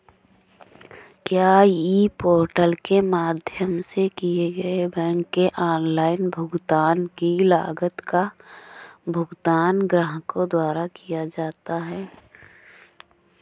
क्या e portal के माध्यम से किए गए बैंक के ऑनलाइन भुगतान की लागत का भुगतान ग्राहकों द्वारा किया जाता है?